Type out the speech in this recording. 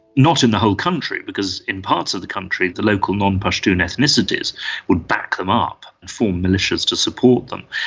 not in the whole country, because in parts of the country the local non-pashtun ethnicities would back them up and form militias to support them.